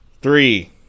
three